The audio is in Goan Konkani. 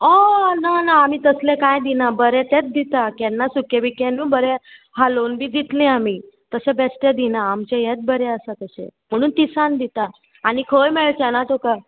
हय ना ना आमी तसलें कांय दिना बरें तेंत दिता केन्ना सुकें बी केन्ना बरें हालोवन बी दितलें आमी तशें बेश्टें दिना आमचें हेंत बरें आसा तशें म्हणून तिसान दिता आनी खंय मेळचे ना तुका